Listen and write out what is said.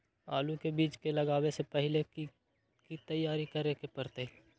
आलू के बीज के लगाबे से पहिले की की तैयारी करे के परतई?